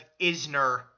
Isner